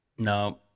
No